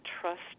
trust